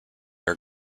are